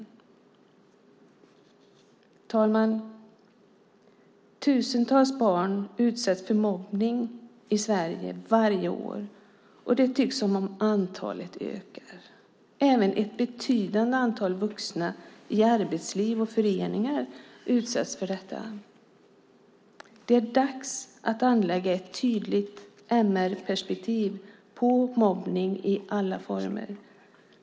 Herr talman! Tusentals barn utsätts för mobbning i Sverige varje år, och antalet tycks öka. Även ett betydande antal vuxna i arbetsliv och föreningar utsätts för detta. Det är dags att anlägga ett tydligt MR-perspektiv på mobbning i alla former.